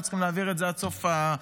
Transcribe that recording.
היינו צריכים להעביר את זה עד סוף המושב.